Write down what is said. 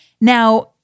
Now